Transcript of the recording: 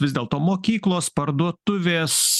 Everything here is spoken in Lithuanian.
vis dėlto mokyklos parduotuvės